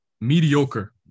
mediocre